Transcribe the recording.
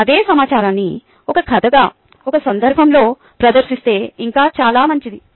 అదే సమాచారాన్ని ఒక కథతో ఒక సందర్భంలో ప్రదర్శిస్తే ఇంకా చాలా మంచిది